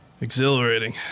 exhilarating